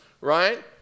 right